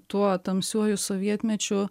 tuo tamsiuoju sovietmečiu